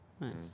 Nice